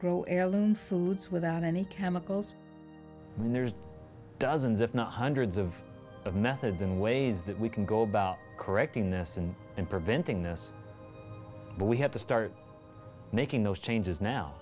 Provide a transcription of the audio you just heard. grow heirloom foods without any chemicals and there's dozens if not hundreds of of methods and ways that we can go about correcting this and and preventing this but we have to start making those changes now